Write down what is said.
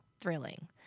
thrilling